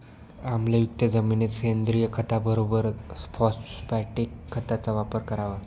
आम्लयुक्त जमिनीत सेंद्रिय खताबरोबर फॉस्फॅटिक खताचा वापर करावा